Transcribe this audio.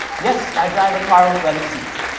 yes, i drive a car with leather seats.